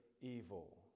Evil